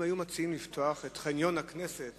אם היו מציעים לפתוח את חניון הכנסת